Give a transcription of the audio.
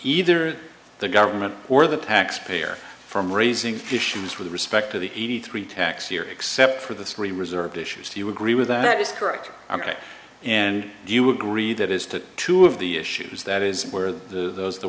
either the government or the taxpayer from raising issues with respect to the e three tax year except for the three reserve issues do you agree with that is correct ok and do you agree that is to two of the issues that is where the th